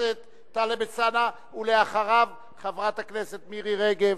הכנסת טלב אלסאנע, ואחריו, חברת הכנסת מירי רגב,